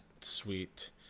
sweet